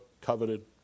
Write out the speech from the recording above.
coveted